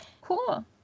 Cool